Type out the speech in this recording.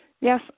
Yes